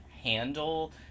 handle